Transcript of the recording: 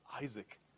isaac